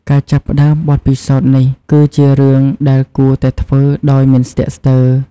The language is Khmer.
ការចាប់ផ្តើមបទពិសោធន៍នេះគឺជារឿងដែលគួរតែធ្វើដោយមិនស្ទាក់ស្ទើរ។